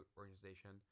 organization